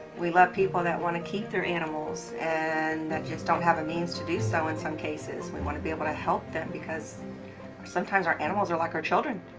we love people that want to keep their animals and that just don't have a means to do so in some cases. we want to be able to help them because sometimes our animals are like our children.